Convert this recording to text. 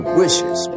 wishes